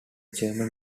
german